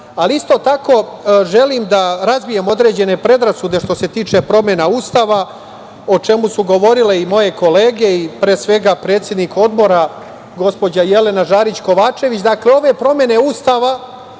ali isto tako želim da razbijem određene predrasude što se tiče promena Ustava o čemu su govorile i moje kolege i pre svega, predsednik Odbora, gospođa Jelena Žarić Kovačević. Dakle, ove promene Ustava